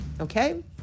okay